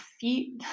feet